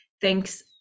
Thanks